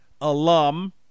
alum